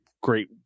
great